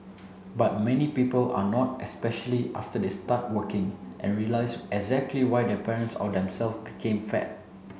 but many people are not especially after they start working and realize exactly why their parents or themselves became fat